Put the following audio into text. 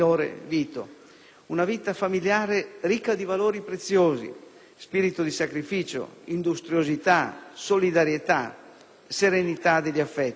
Una vita familiare ricca di valori preziosi: spirito di sacrificio, industriosità, solidarietà, serenità degli affetti.